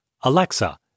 Alexa